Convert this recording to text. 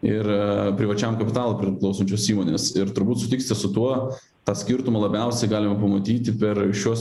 ir privačiam kapitalui priklausančios įmonės ir turbūt sutiksi su tuo tą skirtumą labiausiai galima pamatyti per šiuos